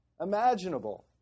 imaginable